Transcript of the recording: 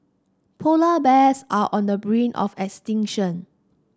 polar bears are on the brink of extinction